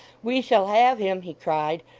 we shall have him he cried,